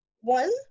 One